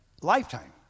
lifetime